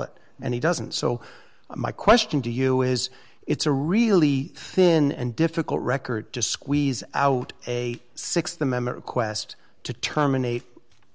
it and he doesn't so my question to you is it's a really thin and difficult record to squeeze out a six the member request to terminate